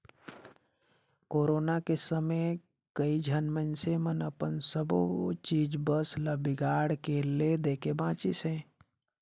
corona के समे कइझन मइनसे मन अपन सबो चीच बस ल बिगाड़ के ले देके बांचिसें